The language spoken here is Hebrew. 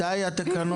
מתי יהיו התקנות?